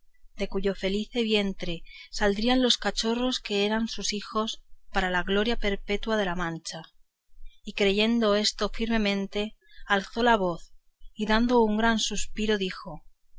de cuyo felice vientre saldrían los cachorros que eran sus hijos para gloria perpetua de la mancha y creyendo esto bien y firmemente alzó la voz y dando un gran suspiro dijo